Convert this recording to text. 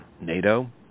NATO